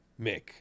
Mick